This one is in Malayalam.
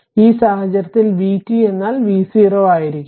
അതിനാൽ ആ സാഹചര്യത്തിൽ vt എന്നാൽ v0 ആയിരിക്കും